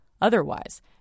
Otherwise